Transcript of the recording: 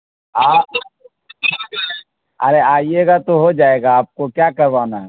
آپ ارے آئیے گا تو ہو جائے گا آپ کو کیا کروانا ہے